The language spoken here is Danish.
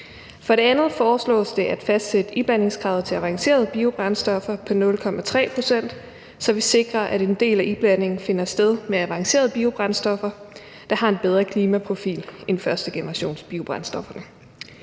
For det andet foreslås det at fastsætte iblandingskravet til avancerede biobrændstoffer på 0,3 pct., så vi sikrer, at en del af iblandingen finder sted med avancerede biobrændstoffer, der har en bedre klimaprofil end førstegenerationsbiobrændstofferne.